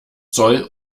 zoll